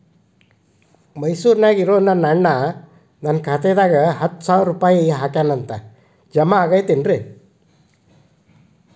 ಮೈಸೂರ್ ನ್ಯಾಗ್ ಇರೋ ನನ್ನ ಅಣ್ಣ ನನ್ನ ಖಾತೆದಾಗ್ ಹತ್ತು ಸಾವಿರ ರೂಪಾಯಿ ಹಾಕ್ಯಾನ್ ಅಂತ, ಜಮಾ ಆಗೈತೇನ್ರೇ?